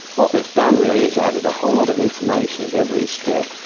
what we've done really is added a whole lot of information at every step,